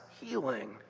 healing